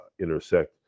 intersect